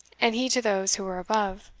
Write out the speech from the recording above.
and he to those who were above.